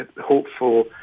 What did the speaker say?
hopeful